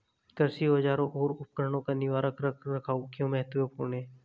कृषि औजारों और उपकरणों का निवारक रख रखाव क्यों महत्वपूर्ण है?